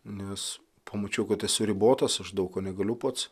nes pamačiau kad esu ribotas aš daug ko negaliu pats